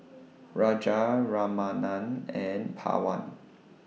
Raja Ramanand and Pawan